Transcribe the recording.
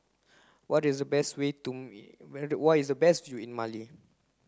what is the best we to me where is the best in Mali